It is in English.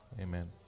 Amen